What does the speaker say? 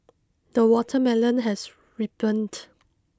the watermelon has ripened